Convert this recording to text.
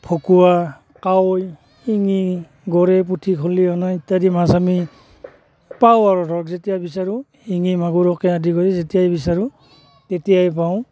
ভকুৱা কাৱৈ শিঙী গৰৈ পুঠি খলিহনা ইত্যাদি মাছ আমি পাওঁ আৰু ধৰক যেতিয়া বিচাৰোঁ শিঙি মাগুৰকে আদি কৰি যেতিয়াই বিচাৰোঁ তেতিয়াই পাওঁ